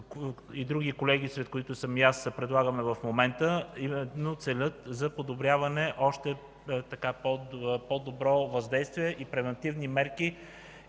и други колеги, сред които съм и аз, предлагаме в момента именно целят подобряване, още по-добро въздействие и превантивни мерки,